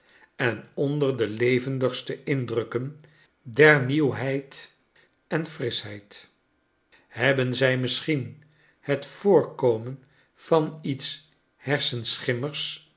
en onder de levendigste indrukken der nieuwheid en frischheid hebben zij misschienhet voorkomen vaniets hersenschimmigs